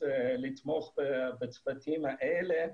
לתמוך בצוותים האלה,